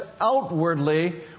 outwardly